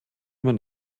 man